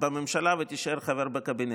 בממשלה ותישאר חבר בקבינט.